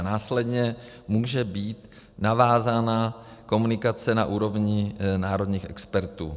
Následně může být navázána komunikace na úrovni národních expertů.